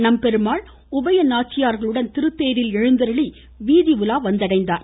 நம்பெருமாள் உபய நாச்சியார்களுடன் திருத்தேரில் எழுந்தருளி வீதிஉலா வந்தடைந்தார்